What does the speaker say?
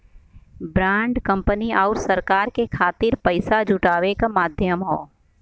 bond company आउर सरकार के खातिर पइसा जुटावे क माध्यम हौ